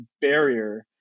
barrier